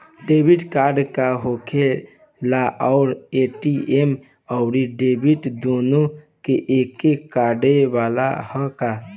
Debit card का होखेला और ए.टी.एम आउर डेबिट दुनों एके कार्डवा ह का?